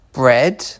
bread